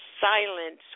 silence